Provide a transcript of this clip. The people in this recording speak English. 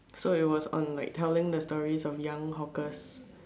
so it was on like telling the story of young hawkers